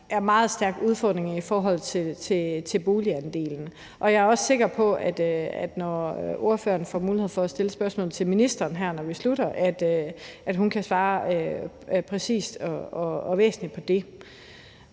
er meget stærke udfordringer i forhold til boligandelen. Og jeg er også sikker på, at når ordføreren, her når vi slutter, får mulighed for at stille spørgsmålet til ministeren, så kan hun svare præcist og væsentligt på det.